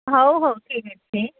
ହଉ ହଉ ଠିକ୍ ଅଛି